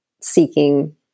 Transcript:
seeking